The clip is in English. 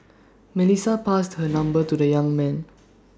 Melissa passed her number to the young man